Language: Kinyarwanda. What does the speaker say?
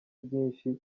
byinshi